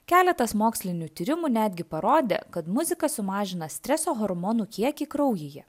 keletas mokslinių tyrimų netgi parodė kad muzika sumažina streso hormonų kiekį kraujyje